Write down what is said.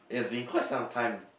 it's been quite some time